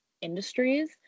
industries